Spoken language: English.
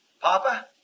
Papa